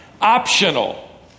optional